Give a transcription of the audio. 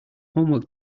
homework